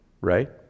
right